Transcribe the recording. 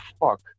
fuck